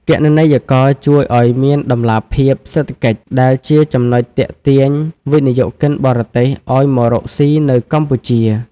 គណនេយ្យករជួយឱ្យមានតម្លាភាពសេដ្ឋកិច្ច ដែលជាចំណុចទាក់ទាញវិនិយោគិនបរទេសឱ្យមករកស៊ីនៅកម្ពុជា។